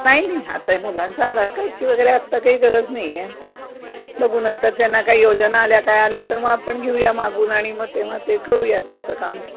नाही नाही आता मुलांचं आधार काडची वगैरे आत्ता काही गरज नाही आहे बघू नंतर त्यांना काय योजना आल्या काय आल्या तर मग आपण घेऊया मागून आणि मग तेव्हा ते करूया त्याचं काम